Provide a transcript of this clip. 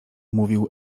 mówił